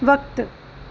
वक़्तु